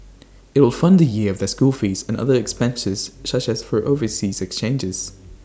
IT will fund A year of their school fees and other expenses such as for overseas exchanges